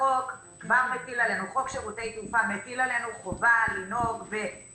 חוק שירותי תעופה כבר מטיל עלינו חובה לנהוג בעקביות,